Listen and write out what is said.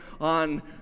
on